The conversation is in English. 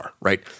right